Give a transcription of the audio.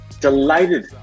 Delighted